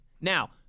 Now